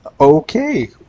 Okay